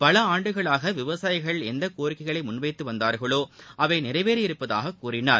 பல ஆண்டுகளாகவிவசாயிகள் எந்தகோரிக்கைகளைமுன்வைத்துவந்தார்களோ அவைநிறைவேறி இருப்பதாககூறினார்